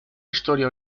historia